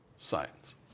Science